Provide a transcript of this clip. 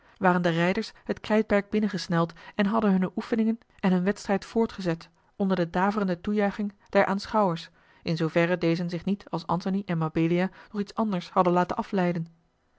waren de rijders het krijtperk binnengesneld en hadden hunne oefeningen en hun wedstrijd voortgezet onder de daverende toejuiching der aanschouwers in zooverre dezen zich niet als antony en mabelia door iets anders hadden laten afleiden